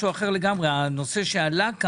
הנושא שעלה פה